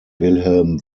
wilhelm